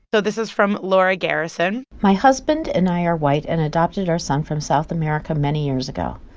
so this is from laura garrison my husband and i are white and adopted our son from south america many years ago.